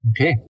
Okay